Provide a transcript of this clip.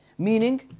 Meaning